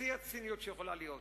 שיא הציניות שיכולה להיות.